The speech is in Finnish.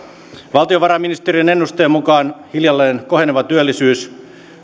valtiovarainministeriön ennusteen mukaan hiljalleen koheneva työllisyys